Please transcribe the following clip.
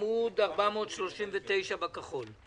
נכנס גם ל-21', לא הכול יוצא